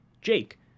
Jake